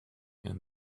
and